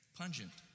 pungent